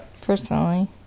Personally